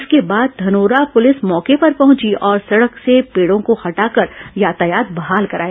इसके बाद धनोरा पुलिस मौके पर पहुंची और सड़क से पेड़ों को हटाकर यातायात बहाल कराया